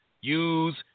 use